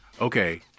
okay